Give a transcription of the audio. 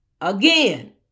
Again